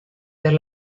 per